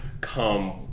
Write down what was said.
come